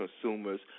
consumers